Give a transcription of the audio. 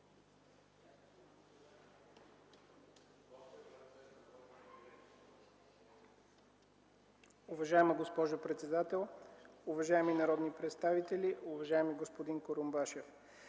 Уважаема госпожо председател, уважаеми народни представители, уважаеми господин Курумбашев!